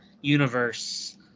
universe